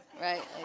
right